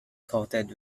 coated